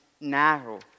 narrow